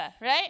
right